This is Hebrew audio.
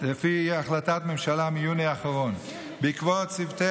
החלטת ממשלה מיוני האחרון בעקבות צוותי